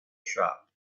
shop